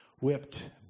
whipped